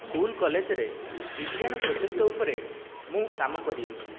school କଲେଜରେ ବିଜ୍ଞାନ project ଉପରେ ମୁଁ କାମ କରିଅଛି